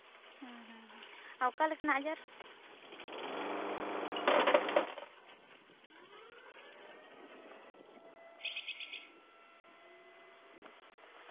ᱦᱩᱸ ᱦᱩᱸ ᱦᱩᱸ ᱟᱨ ᱚᱠᱟᱞᱮᱠᱟᱱᱟᱜ ᱟᱡᱟᱨ